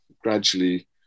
gradually